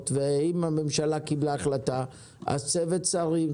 ואם היא קיבלה החלטה אז צוות שרים,